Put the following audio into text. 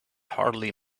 hardly